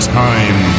time